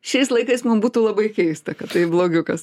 šiais laikais mum būtų labai keista kad tai blogiukas